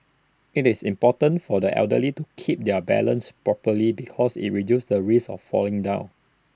IT is important for the elderly to keep their balance properly because IT reduces the risk of falling down